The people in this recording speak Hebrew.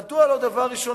מדוע לא עשה דבר ראשון,